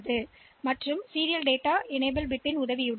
எனவே நாம் அக்கீம்லெட்டரின் பிட் எண் 7 இல் இந்த பேரிட்டி பிட் வைத்து எஸ்